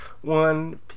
One